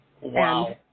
Wow